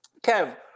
Kev